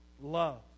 love